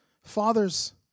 Fathers